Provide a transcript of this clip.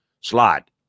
slot